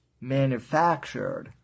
manufactured